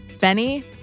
Benny